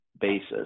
basis